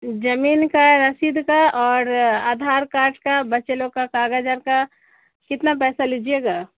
زمین کا رسید کا اور آدھار کارڈ کا بچے لوگ کا کاگج آر کا کتنا پیسہ لیجیے گا